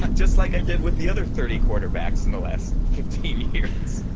just like i did with the other thirty quarterbacks in the last fifteen years.